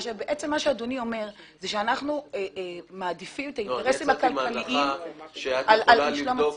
אדוני אומר שהוא מעדיף את האינטרסים הכלכליים על שלום הציבור.